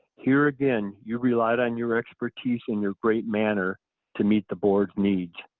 here again you relied on your expertise and your great manner to meet the boards' needs.